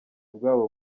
bwabo